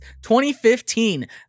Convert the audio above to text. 2015